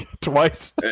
Twice